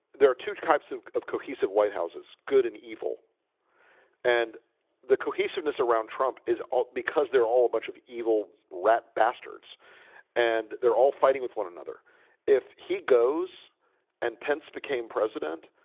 there are two types of of cohesive white house's good and evil and the cohesiveness around trump is because they're all bunch of evil rat bastards and they're all fighting with one another if he goes and pence became president